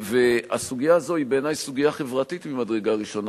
הסוגיה הזאת היא בעיני סוגיה חברתית ממדרגה ראשונה,